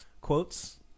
Quotes